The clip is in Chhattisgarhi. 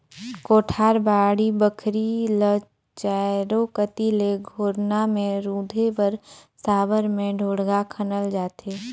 कोठार, बाड़ी बखरी ल चाएरो कती ले घोरना मे रूधे बर साबर मे ढोड़गा खनल जाथे